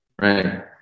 right